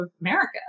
America